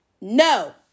No